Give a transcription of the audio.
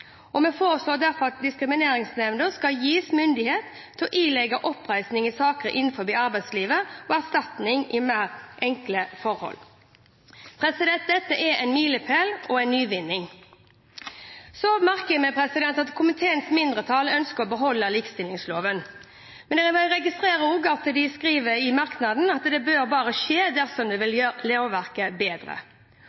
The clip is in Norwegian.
håndhevet. Vi foreslår derfor at diskrimineringsnemnda skal gis myndighet til å ilegge oppreisning i saker innenfor arbeidslivet og erstatning i mer enkle forhold. Dette er en milepæl og en nyvinning. Jeg merker meg at komiteens mindretall ønsker å beholde likestillingsloven. Men jeg registrerer også at de skriver i merknaden at det bør bare skje dersom det vil